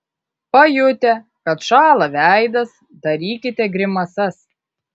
pajutę kad šąla veidas darykite grimasas